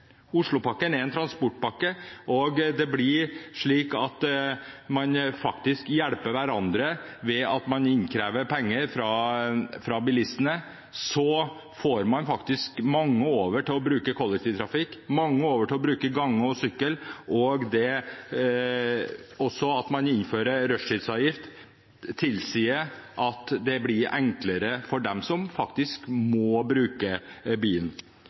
Oslopakken er en transportpakke. Man hjelper hverandre ved at man krever inn penger fra bilistene, og så får man mange til å bruke kollektivtransport – mange til å gå og sykle. Det at man innfører rushtidsavgift, tilsier at det blir enklere for dem som faktisk må bruke